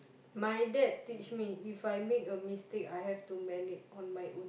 my dad teach me If I make a mistake I have to mend it on my own